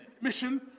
mission